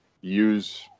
use